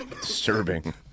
Disturbing